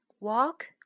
walk